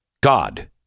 god